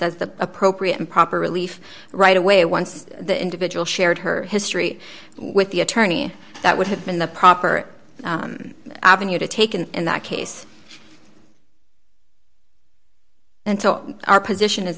as the appropriate and proper relief right away once the individual shared her history with the attorney that would have been the proper avenue to take and in that case and so our position is